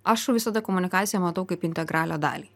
aš visada komunikaciją matau kaip integralią dalį